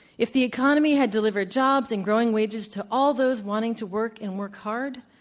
if the economy had delivered jobs and growing wages to all those wanting to work and work hard,